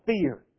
fear